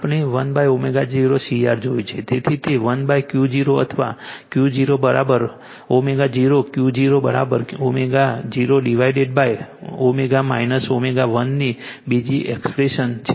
તેથી તે 1Q0 અથવા Q0 ω0 Q0 ω0 ડિવાઇડેડ W2 ω1 ની બીજી એક્સપ્રેશન છે